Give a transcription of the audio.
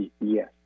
Yes